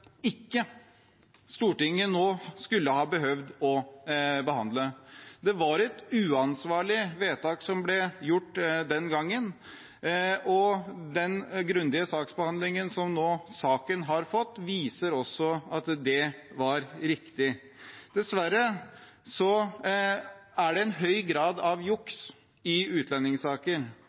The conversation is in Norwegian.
Stortinget nå ikke skulle behøvd å behandle. Det var et uansvarlig vedtak som ble gjort den gangen, og den grundige saksbehandlingen som saken nå har fått, viser også at det er riktig. Dessverre er det en høy grad av juks i utlendingssaker,